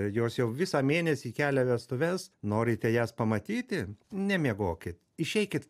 jos jau visą mėnesį kelia vestuves norite jas pamatyti nemiegokit išeikit